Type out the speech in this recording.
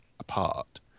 apart